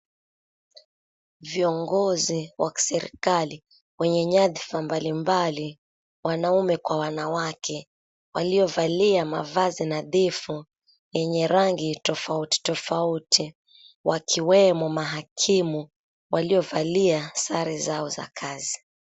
Viongozi wa kiserikali wenye nyadhifa mbalimbali, wanaume kwa wanawake waliovalia mavazi nadhifu, yenye rangi tofauti tofauti, wakiwemo mahakimu waliovalia sare zao za kazi.